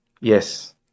Yes